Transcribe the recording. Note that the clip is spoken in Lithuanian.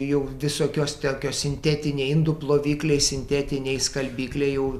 jau visokios tokios sintetiniai indų plovikliai sintetiniai skalbikliai jau